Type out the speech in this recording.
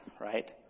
Right